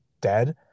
dead